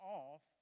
off